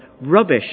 Rubbish